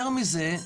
יותר מזה,